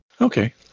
Okay